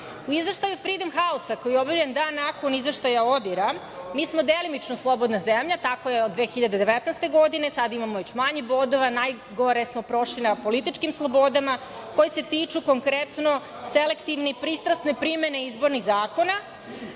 vlasti. Izveštaj „Fridom hausa“ koji je obavljen dan nakon ODIR-a, mi smo delimično slobodna zemlja, tako je od 2019. godine, sada već imamo manje bodova, najgore smo prošli na političkim slobodama, koje se tiču konkretno selektivno i pristrasne primene izbornih zakona,